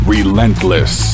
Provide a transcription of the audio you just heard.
Relentless